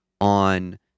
on